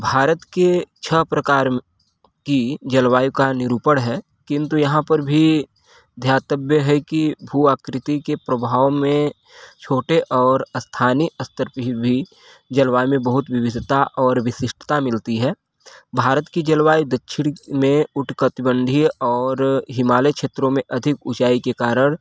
भारत के छः प्रकार की जलवायु का निरूपण है किंतु यहाँ पर भी ध्यातब्य है कि भू आकृति के प्रभाव में छोटे और स्थानीय स्तर पे ही भी जलवायु में बहुत विविधता और विशिष्टता मिलती है भारत की जलवायु दक्षिण में उटकतिबंधीय और हिमालय क्षेत्रो में अधिक ऊंचाई के कारण